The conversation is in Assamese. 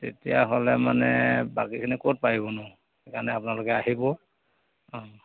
তেতিয়াহ'লে মানে বাকীখিনি ক'ত পাৰিব নো সেইকাৰণে আপোনালোকে আহিব